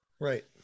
Right